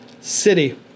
city